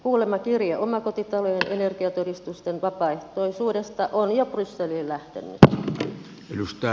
kuulemma kirje omakotitalojen energiatodistusten vapaaehtoisuudesta on jo brysseliin lähtenyt